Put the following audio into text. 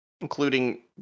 Including